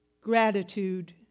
gratitude